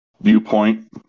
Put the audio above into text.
viewpoint